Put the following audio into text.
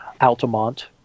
Altamont